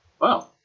Wow